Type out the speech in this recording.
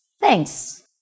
thanks